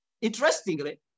Interestingly